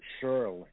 surely